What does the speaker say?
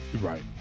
Right